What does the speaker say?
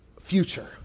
future